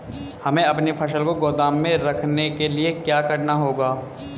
हमें अपनी फसल को गोदाम में रखने के लिये क्या करना होगा?